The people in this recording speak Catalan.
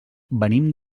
venim